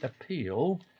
appeal